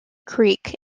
creek